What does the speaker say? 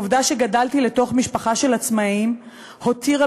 העובדה שגדלתי לתוך משפחה של עצמאים הותירה